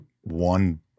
one